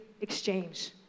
exchange